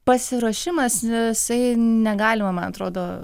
pasiruošimas jisai negalima man atrodo